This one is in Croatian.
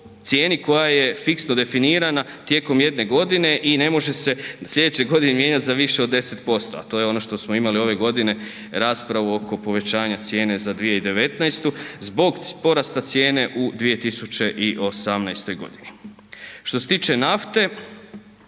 cijeni koja je fiksno definirana tijekom jedne godine i ne može se sljedeće godine mijenjati za više od 10%, a to je ono što smo imali ove godine raspravu oko povećanja cijene za 2019. zbog porasta cijene u 2018. godini. Što se tiče nafte,